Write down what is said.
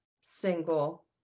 single